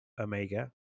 Omega